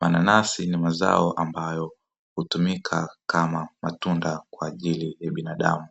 mananasi ni mazao ambayo hutumika kama matunda kwa ajili ya binadamu.